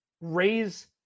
raise